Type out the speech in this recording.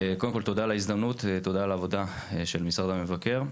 קודם כול תודה על העבודה של משרד המבקר.